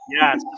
yes